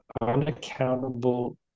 unaccountable